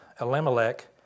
Elimelech